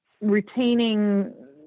retaining